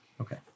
Okay